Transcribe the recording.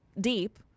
deep